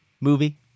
movie